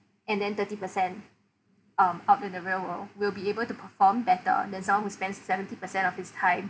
and then thirty percent um out in the real world will be able to perform better than someone who spends seventy percent of his time